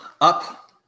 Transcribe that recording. up